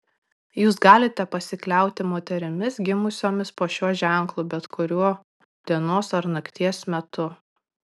jūs galite pasikliauti moterimis gimusiomis po šiuo ženklu bet kuriuo dienos ar nakties metu